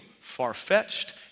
far-fetched